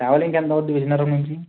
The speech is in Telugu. ట్రావెలింగ్కి ఎంత అవుతుంది విజయనగరం నుంచి